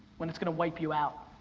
when it's gonna wipe you out.